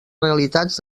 realitats